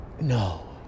No